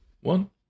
one